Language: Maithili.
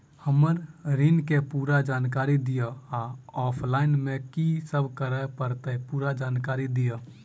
हम्मर ऋण केँ पूरा जानकारी दिय आ ऑफलाइन मे की सब करऽ पड़तै पूरा जानकारी दिय?